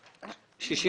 הורדתי.